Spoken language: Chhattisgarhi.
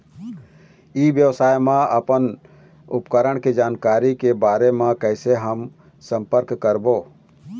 ई व्यवसाय मा अपन उपकरण के जानकारी के बारे मा कैसे हम संपर्क करवो?